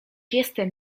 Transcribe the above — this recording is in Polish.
jestem